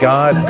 God